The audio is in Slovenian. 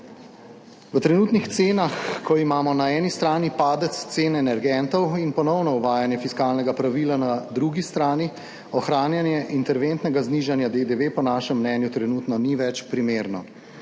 V trenutnih cenah, ko imamo na eni strani padec cene energentov in ponovno uvajanje fiskalnega pravila, na drugi strani ohranjanje interventnega znižanja DDV po našem mnenju trenutno ni več primerno.